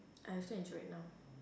I still enjoy it now